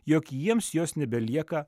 jog jiems jos nebelieka